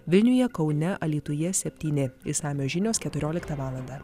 vilniuje kaune alytuje septyni išsamios žinios keturioliktą valandą